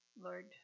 Lord